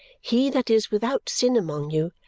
he that is without sin among you,